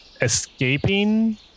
escaping